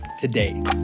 today